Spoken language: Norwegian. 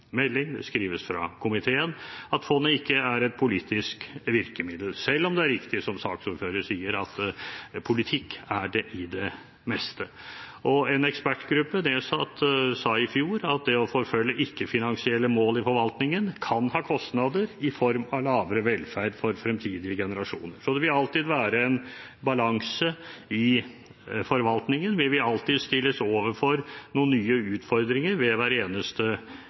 melding – at fondet ikke er et politisk virkemiddel, selv om det er riktig, som saksordføreren sier, at politikk er det i det meste. En nedsatt ekspertgruppe sa i fjor at det å forfølge ikke-finansielle mål i forvaltningen kan ha kostnader i form av lavere velferd for fremtidige generasjoner. Så det vil alltid være en balanse i forvaltningen, vi vil alltid stilles overfor noen nye utfordringer ved hver eneste